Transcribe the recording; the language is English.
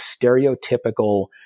stereotypical